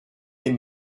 les